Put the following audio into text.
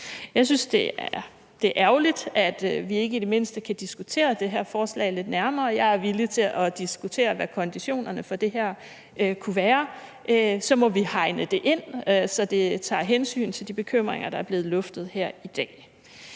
Jeg synes, det er ærgerligt, at vi ikke i det mindste kan diskutere det her forslag lidt nærmere. Jeg er villig til at diskutere, hvad konditionerne for det her kunne være, og så må vi hegne det ind, så det tager hensyn til de bekymringer, der er blevet luftet her i dag.